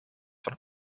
van